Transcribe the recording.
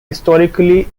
historically